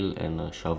ya same